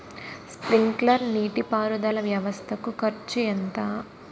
Sprinkler నీటిపారుదల వ్వవస్థ కు ఖర్చు ఎంత?